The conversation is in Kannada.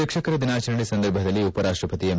ಶಿಕ್ಷಕರ ದಿನಾಚರಣೆ ಸಂದರ್ಭದಲ್ಲಿ ಉಪ ರಾಷ್ಟ್ರಪತಿ ಎಂ